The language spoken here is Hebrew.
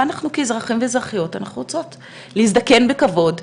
ואנחנו כאזרחים ואזרחיות אנחנו רוצות להזדקן בכבוד,